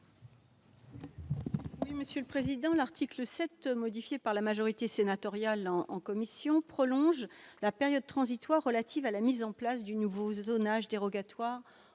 Cohen, sur l'article. L'article 7, tel que modifié par la majorité sénatoriale en commission, prolonge la période transitoire relative à la mise en place du nouveau zonage dérogatoire